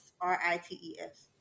R-I-T-E-S